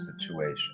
situation